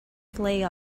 play